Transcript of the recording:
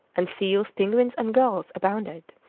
and seals, penguins, and gulls abounded.